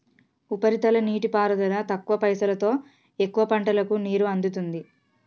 ఉపరితల నీటిపారుదల తక్కువ పైసలోతో ఎక్కువ పంటలకు నీరు అందుతుంది